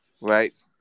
Right